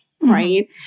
right